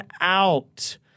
out